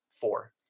four